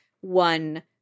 one